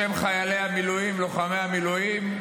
בשם חיילי המילואים, לוחמי המילואים,